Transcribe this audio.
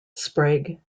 sprague